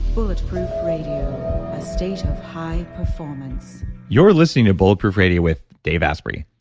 bulletproof radio, a state of high performance you're listening to bulletproof radio with dave asprey.